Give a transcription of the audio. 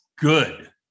good